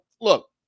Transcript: look